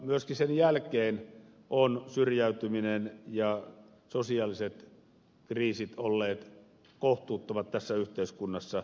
myöskin sen jälkeen ovat syrjäytyminen ja sosiaaliset kriisit olleet kohtuuttomat tässä yhteiskunnassa